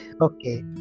Okay